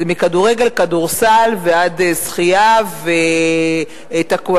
מכדורגל וכדורסל ועד שחייה וטקוונדו,